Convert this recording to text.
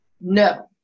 No